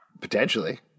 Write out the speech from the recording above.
Potentially